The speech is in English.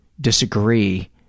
disagree